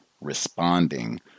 responding